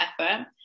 effort